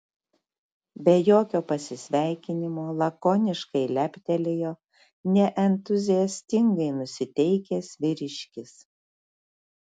be jokio pasisveikinimo lakoniškai leptelėjo neentuziastingai nusiteikęs vyriškis